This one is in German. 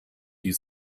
die